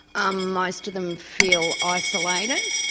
um most of them feel isolated.